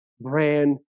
brand